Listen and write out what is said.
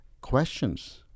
Questions